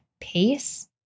pace